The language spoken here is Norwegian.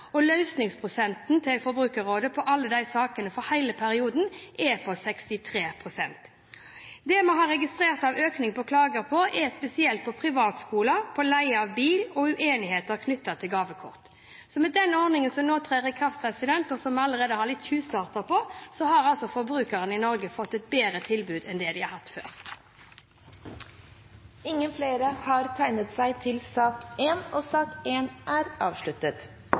på 63 pst. Det vi har registrert en økning av klager på, er spesielt privatskoler, leie av bil og uenigheter knyttet til gavekort. Med den ordningen som nå trer i kraft, og som vi allerede har tyvstartet på, har altså forbrukerne i Norge fått et bedre tilbud enn det de har hatt før. Flere har ikke bedt om ordet til sak nr. 1. Over hele landet finnes det tusenvis av ildsjeler. Det er